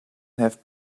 have